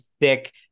thick